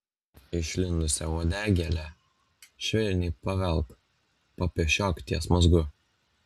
išlindusią uodegėlę švelniai pavelk papešiok ties mazgu